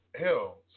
hell